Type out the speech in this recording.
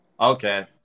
okay